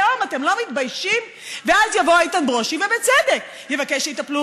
התעופה בן-גוריון ועל האפליה הקשה שעוברים